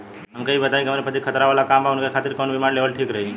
हमके ई बताईं कि हमरे पति क खतरा वाला काम बा ऊनके खातिर कवन बीमा लेवल ठीक रही?